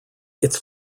its